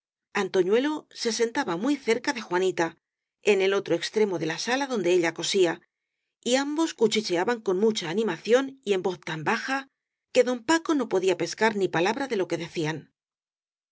cuarenta antoñuelo se sentaba muy cerca de jua nita en el otro extremo de la sala donde ella cosía y ambos cuchicheaban con mucha animación y en voz tan baja que don paco no podía pescar ni pa labra de lo que decían